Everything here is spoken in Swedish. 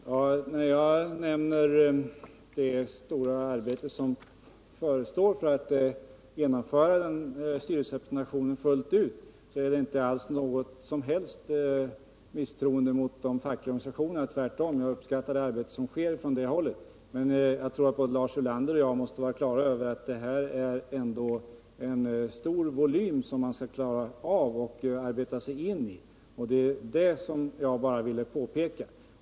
Herr talman! När jag nämner det stora arbete som förestår att införa styrelserepresentation fullt ut så innebär det inte något som helst misstroende mot de fackliga organisationerna — tvärtom. Jag uppskattar det arbete som sker från det hållet. Men jag tror att både Lars Ulander och jag måste vara klara över att det ändå är en stor volym att klara av och arbeta sig in i. Det var det jag ville påpeka.